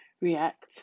react